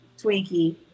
Twinkie